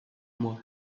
mois